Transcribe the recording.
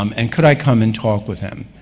um and could i come and talk with them?